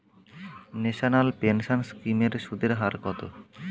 National pension scheme এর সুদের হার কত?